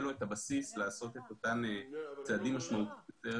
לו את הבסיס לעשות את אותם צעדים משמעותיים יותר